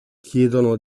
chiedono